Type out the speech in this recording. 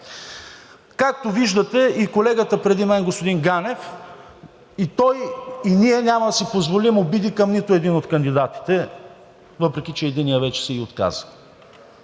Както виждате, и колегата преди мен, господин Ганев, и той, и ние няма да си позволим обиди към нито един от кандидатите, въпреки че единият вече се и отказа.